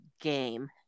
game